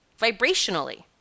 vibrationally